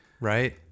Right